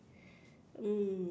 um